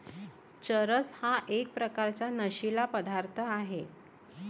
चरस हा एक प्रकारचा नशीला पदार्थ आहे